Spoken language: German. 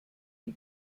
die